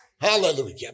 Hallelujah